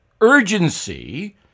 urgency